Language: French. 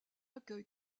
accueil